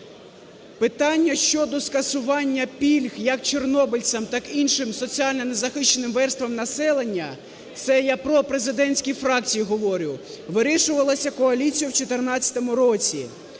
Питання щодо скасування пільг як чорнобильцям, так іншим соціально незахищеним верствам населення, це я пропрезидентській фракції говорю, вирішувалося коаліцією в 14-му році.